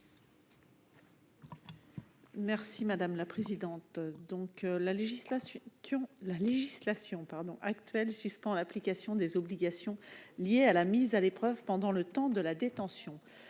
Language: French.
est à Mme Annick Billon. La législation actuelle suspend l'application des obligations liées à la mise à l'épreuve pendant le temps de la détention.